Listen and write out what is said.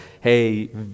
hey